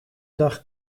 dag